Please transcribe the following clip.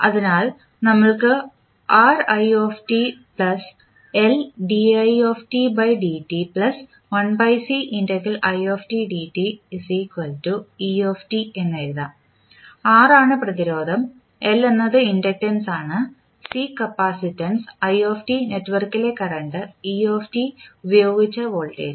അതിനാൽ നമുക്ക് എന്ന് എഴുതാം R ആണ് പ്രതിരോധം L എന്നത് ഇൻഡക്റ്റൻസ് C കപ്പാസിറ്റൻസ് i നെറ്റ്വർക്കിലെ കറന്റ് പ്രയോഗിച്ച വോൾട്ടേജ്